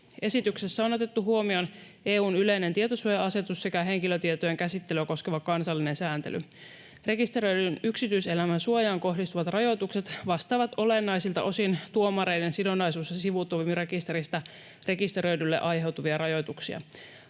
Esityksessä on otettu huomioon EU:n yleinen tietosuoja-asetus sekä henkilötietojen käsittelyä koskeva kansallinen sääntely. Rekisteröidyn yksityiselämän suojaan kohdistuvat rajoitukset vastaavat olennaisilta osin tuomareiden sidonnaisuus- ja sivutoimirekisteristä rekisteröidylle aiheutuvia rajoituksia.